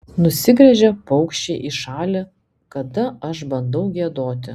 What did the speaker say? nusigręžia paukščiai į šalį kada aš bandau giedoti